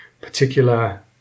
particular